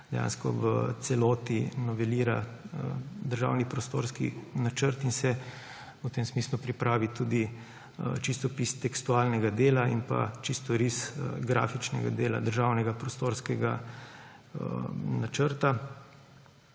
dejansko v celoti novelira državni prostorski načrt in se v tem smislu pripravi tudi čistopis tekstualnega dela in čistoris grafičnega dela državnega prostorskega načrta.